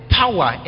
power